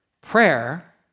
Prayer